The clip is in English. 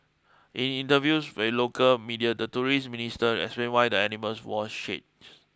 in interviews with local media the tourist minister explained why the animals wore shades